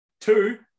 Two